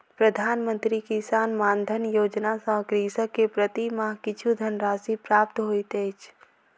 प्रधान मंत्री किसान मानधन योजना सॅ कृषक के प्रति माह किछु धनराशि प्राप्त होइत अछि